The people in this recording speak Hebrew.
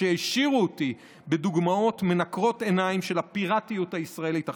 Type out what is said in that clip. הם העשירו אותי בדוגמאות מנקרות עיניים של הפיראטיות הישראלית החדשה.